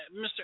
Mr